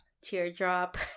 Teardrop